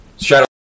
shadow